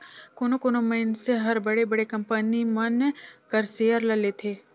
कोनो कोनो मइनसे हर बड़े बड़े कंपनी मन कर सेयर ल लेथे